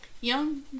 Young